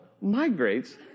migrates